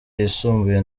yisumbuye